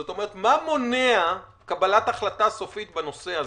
זאת אומרת, מה מונע קבלת החלטה סופית בנושא הזה?